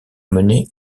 mener